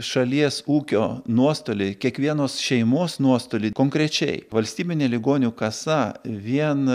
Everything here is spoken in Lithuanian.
šalies ūkio nuostoliai kiekvienos šeimos nuostoliai konkrečiai valstybinė ligonių kasa vien